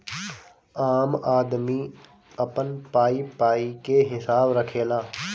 आम आदमी अपन पाई पाई के हिसाब रखेला